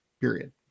period